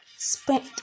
spent